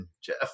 Jeff